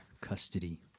custody